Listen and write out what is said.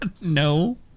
no